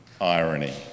irony